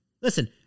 Listen